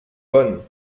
bonnes